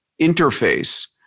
interface